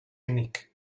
unique